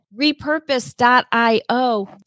Repurpose.io